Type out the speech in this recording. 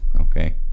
okay